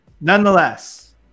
nonetheless